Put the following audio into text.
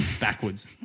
backwards